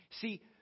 See